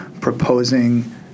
proposing